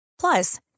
Plus